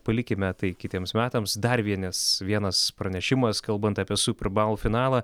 palikime tai kitiems metams dar vienas vienas pranešimas kalbant apie super baul finalą